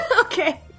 Okay